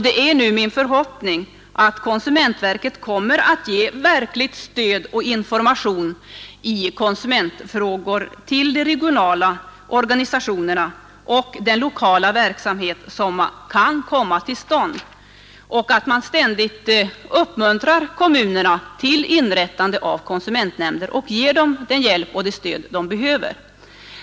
Det är min förhoppning att konsumentverket kommer att ge verkligt stöd och information i konsumentfrågor till de regionala organisationerna och den lokala verksamhet som kan komma till stånd samt att man ständigt uppmuntrar kommunerna att inrätta konsumentnämnder och ger dem den hjälp och det stöd de behöver.